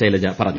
ശൈലജ പറഞ്ഞു